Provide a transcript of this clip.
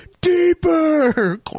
deeper